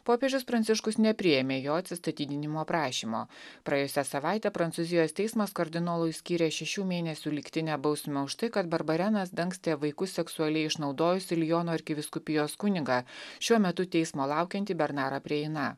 popiežius pranciškus nepriėmė jo atsistatydinimo prašymo praėjusią savaitę prancūzijos teismas kardinolui skyrė šešių mėnesių lygtinę bausmę už tai kad barbarenas dangstė vaikus seksualiai išnaudojusį liono arkivyskupijos kunigą šiuo metu teismo laukiantį bernarą prieina